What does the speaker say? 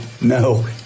no